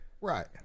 Right